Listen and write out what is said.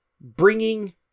bringing